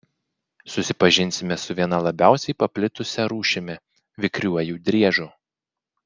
susipažinsime su viena labiausiai paplitusia rūšimi vikriuoju driežu